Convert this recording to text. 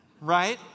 right